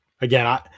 again